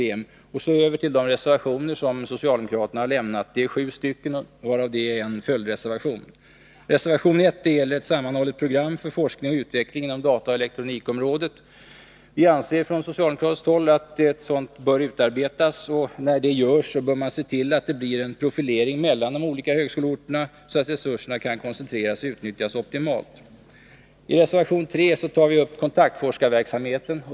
Sedan skall jag gå över till de socialdemokratiska reservationerna. Vi har lämnat sju reservationer, varav en är en följdreservation. Reservation 1 gäller ett sammanhållet program för forskning och utveckling inom dataoch elektronikområdet. Vi anser från socialdemokratiskt håll att ett sådant bör utarbetas. När detta görs bör man se till att det blir en profilering mellan olika högskoleorter, så att resurserna koncentreras och utnyttjas optimalt. Reservation 3 tar upp kontaktforskarverksamheten.